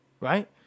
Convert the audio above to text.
right